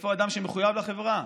איפה האדם שמחויב לחברה?